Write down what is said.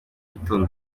gitondo